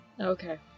Okay